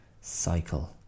cycle